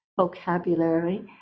vocabulary